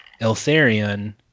Eltharion